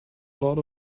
lot